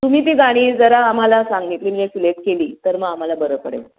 तुम्ही ती गाणी जरा आम्हाला सांगितली मी सिलेक्ट केली तर मग आम्हाला बरं पडेल